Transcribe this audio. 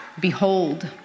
Behold